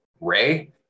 Ray